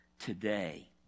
Today